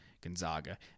Gonzaga